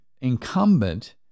incumbent